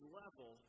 level